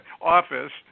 office